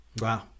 wow